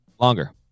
Longer